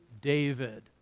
David